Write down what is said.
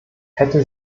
hätte